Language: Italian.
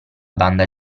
banda